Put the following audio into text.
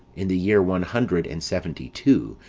in the year one hundred and seventy-two,